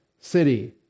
city